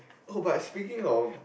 oh but speaking of